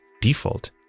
default